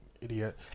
idiot